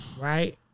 Right